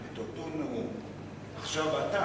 את אותו נאום, עכשיו אתה